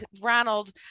Ronald